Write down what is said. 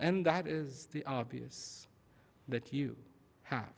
and that is the obvious that you h